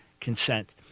consent